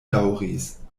daŭris